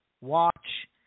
watch